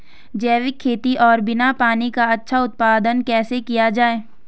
जैविक खेती और बिना पानी का अच्छा उत्पादन कैसे किया जाए?